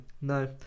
No